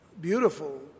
beautiful